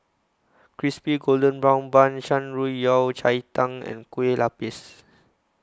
Crispy Golden Brown Bun Shan Rui Yao Cai Tang and Kueh Lapis